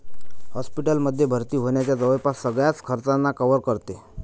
hospital मध्ये भर्ती होण्याच्या जवळपास सगळ्याच खर्चांना कव्हर करते